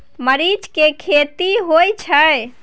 मरीच के खेती होय छय?